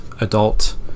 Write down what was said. adult